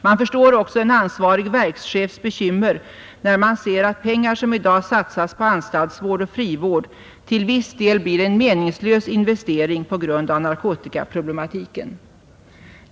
Man förstår också en ansvarig verkschefs bekymmer när han ser att pengar som i dag satsas på anstaltsvård och frivård till viss del blir en meningslös investering på grund av narkotikaproblemen.